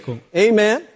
Amen